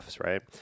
right